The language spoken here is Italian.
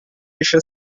esce